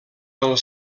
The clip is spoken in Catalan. del